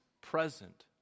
present